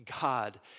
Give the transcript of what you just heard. God